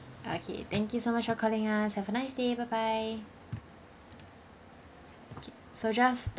okay thank you so much for calling us have a nice day bye bye okay so just